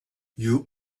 you